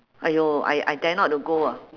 !aiyo! I I dare not to go ah